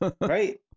Right